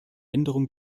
änderung